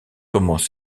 commence